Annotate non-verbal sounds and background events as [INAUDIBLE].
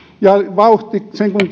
ja vauhti sen kuin [UNINTELLIGIBLE]